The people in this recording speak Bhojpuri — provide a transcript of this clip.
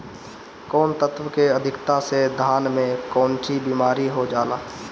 कौन तत्व के अधिकता से धान में कोनची बीमारी हो जाला?